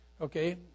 Okay